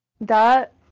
That-